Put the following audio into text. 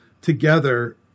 together